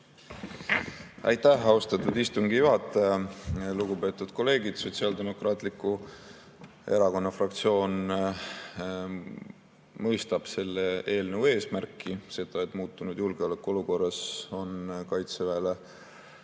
Aitäh, austatud istungi juhataja! Lugupeetud kolleegid! Sotsiaaldemokraatliku Erakonna fraktsioon mõistab selle eelnõu eesmärki. See, et muutunud julgeolekuolukorras on Kaitseväele